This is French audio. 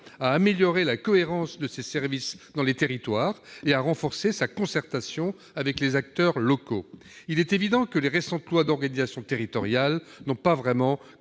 à améliorer la cohérence de ses services dans les territoires et à renforcer sa concertation avec les acteurs locaux. Il est évident que les récentes lois d'organisation territoriale n'ont pas vraiment